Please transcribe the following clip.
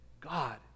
God